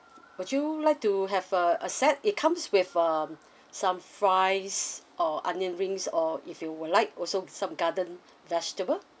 would you like to have a a set it comes with um some fries or onion rings or if you would like also some garden vegetable